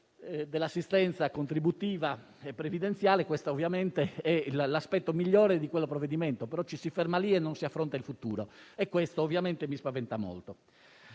dell'assistenza contributiva e previdenziale. Questo è l'aspetto migliore del provvedimento, però ci si ferma lì e non si affronta il futuro. Questo aspetto ovviamente mi spaventa molto.